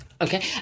Okay